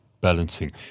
balancing